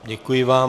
Děkuji vám.